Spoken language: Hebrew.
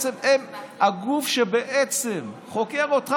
הגוף שבעצם חוקר אותך,